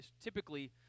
typically